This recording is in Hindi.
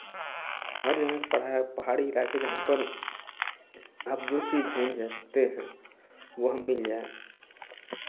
हर जगह पढ़ाया पहाड़ी इलाके जहाँ पर आप जो चीज़ ढूंढ रहे ते हैं वह हमें मिल जाए